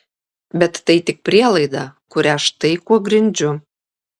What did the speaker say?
bet tai tik prielaida kurią štai kuo grindžiu